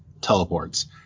teleports